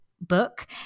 book